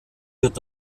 wird